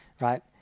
right